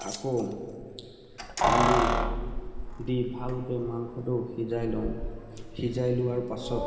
আকৌ আলু দি ভালকৈ মাংসটো সিজাই লওঁ সিজাই লোৱাৰ পাছত